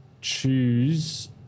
choose